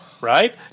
Right